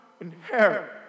inherit